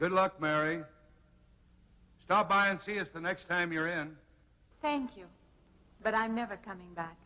good luck mary stop by and see if the next time you're in thank you but i'm never coming back